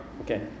okay